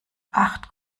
acht